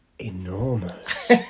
enormous